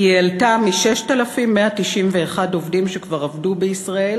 היא העלתה את מספר העובדים מ-6,191 עובדים שכבר עבדו בישראל